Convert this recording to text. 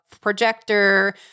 projector